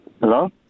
Hello